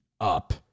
up